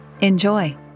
Enjoy